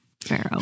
Pharaoh